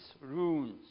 ruins